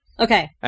Okay